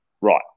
right